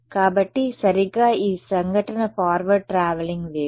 కాబట్టి సరిగ్గా ఈ సంఘటన ఫార్వర్డ్ ట్రావెలింగ్ వేవ్